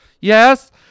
Yes